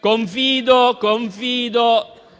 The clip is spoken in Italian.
Confido